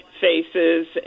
faces